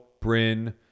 Bryn